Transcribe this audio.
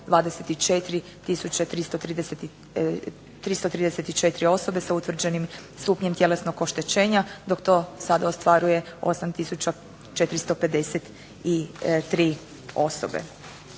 24334 osobe sa utvrđenim stupnjem tjelesnog oštećenja, dok to sad ostvaruje 8453 osobe.